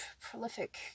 prolific